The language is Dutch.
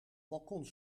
balkon